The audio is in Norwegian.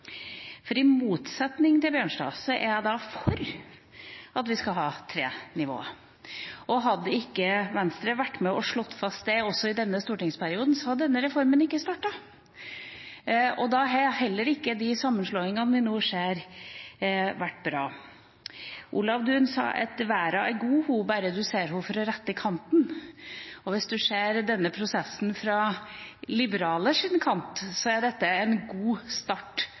Trøndelags-fylkene. I motsetning til representanten Bjørnstad er jeg for at vi skal ha tre nivå. Hadde ikke Venstre vært med og slått fast det også i denne stortingsperioden, hadde denne reformen ikke startet. Da hadde heller ikke de sammenslåingene vi nå ser, vært bra. Olav Duun sa: «Verda er vakker ho, berre du ser ho frå rette kanten.» Hvis du ser denne prosessen fra liberale sin kant, er dette vi nå starter på, en god start